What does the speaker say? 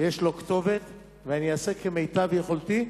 ויש לו כתובת, ואני אעשה כמיטב יכולתי.